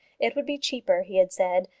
it would be cheaper, he had said,